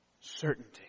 certainty